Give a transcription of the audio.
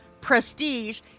prestige